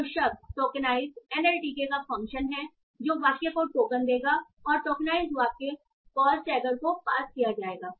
तो शब्द tokenize NLTK का फंक्शन है जो वाक्य को टोकन देगा और टोकेनाइज वाक्य पॉज़ टैगर को पास किया जाएगा